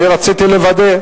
אני רציתי לוודא.